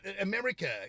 America